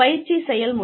பயிற்சி செயல்முறை